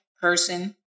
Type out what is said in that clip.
person